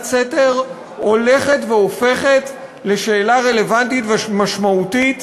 סתר הולכת והופכת לשאלה רלוונטית ומשמעותית,